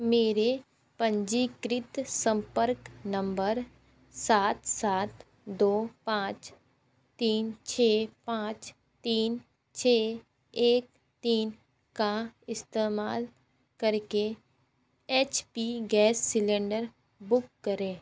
मेरे पंजीकृत संपर्क नंबर सात सात दो पाँच तीन छः पाँच तीन छः एक तीन का इस्तेमाल कर के HP gas cylinder book करें